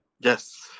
Yes